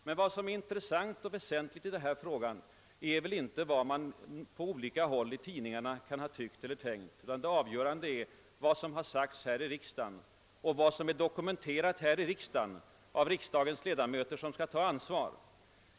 Men vad som är intressant och väsentligt i denna fråga är väl inte vad man på olika håll i tidningarna kan ha tyckt eller tänkt, utan det avgörande är vad som har sagts här i riksdagen och vad som är dokumenterat här i riksdagen av riksdagens ledamöter som skall ta ansvar.